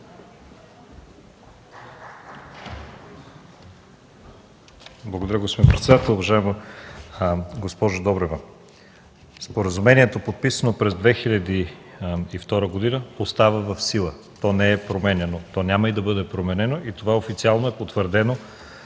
Благодаря, господин председател. Уважаема госпожо Добрева, споразумението, подписано през 2002 г., остава в сила. То не е променяно, то няма да бъде променено и това официално е потвърдено